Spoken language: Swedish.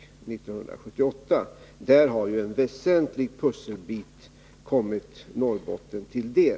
Där har en väsentlig pusselbit kommit Norrbotten till del.